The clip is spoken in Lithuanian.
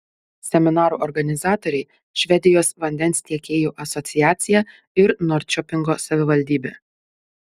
seminarų organizatoriai švedijos vandens tiekėjų asociacija ir norčiopingo savivaldybė